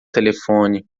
telefone